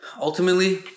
ultimately